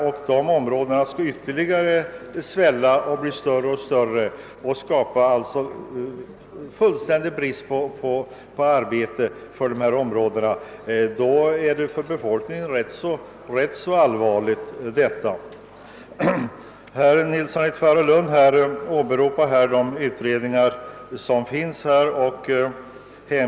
Om dessa områden tillåts att svälla i avvaktan på utredningar blir situationen allvarlig för befolkningen. Herr Nilsson i Tvärålund åberopade pågående utredningar.